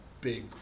big